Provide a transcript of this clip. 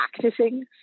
practicing